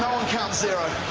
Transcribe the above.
counts zero!